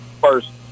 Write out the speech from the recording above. first